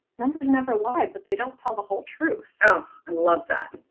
numbers never lie, but they don't tell the whole truth so i love that!